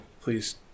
please